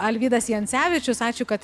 alvydas jancevičius ačiū kad